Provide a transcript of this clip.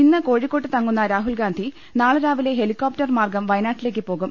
ഇന്ന് കോഴിക്കോട്ട് തങ്ങുന്ന രാഹുൽഗാന്ധി നാളെ രാവിലെ ഹെലികോപ്റ്റർ മാർഗം വയനാട്ടിലേക്ക് പോകും